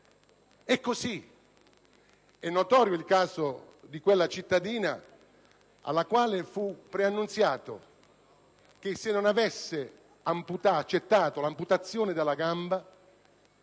È notorio il caso di quella cittadina alla quale fu preannunziato che, se non avesse accettato l'amputazione della gamba,